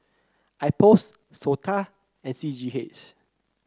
IPOS SOTA and C G H